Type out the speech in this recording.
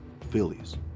Phillies